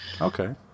Okay